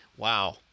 Wow